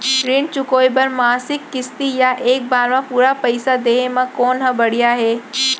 ऋण चुकोय बर मासिक किस्ती या एक बार म पूरा पइसा देहे म कोन ह बढ़िया हे?